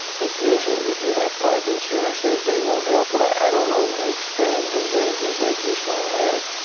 but usually if you have private insurance, they they won't help. but i don't know extreme diseases like your son has,